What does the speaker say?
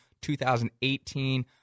2018